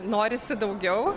norisi daugiau